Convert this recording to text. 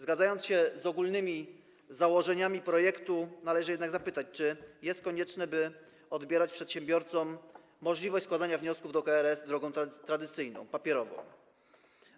Zgadzając się z ogólnymi założeniami projektu, należy jednak zapytać, czy jest konieczne, by odbierać przedsiębiorcom możliwość składania wniosków do KRS drogą tradycyjną, papierową.